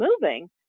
moving